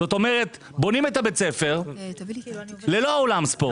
זאת אומרת, בונים את בית הספר ללא אולם ספורט.